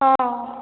ஆ